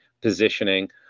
positioning